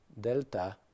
delta